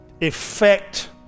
effect